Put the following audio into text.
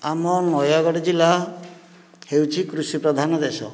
ଆମ ନୟାଗଡ଼ ଜିଲ୍ଲା ହେଉଛି କୃଷି ପ୍ରଧାନ ଦେଶ